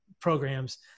programs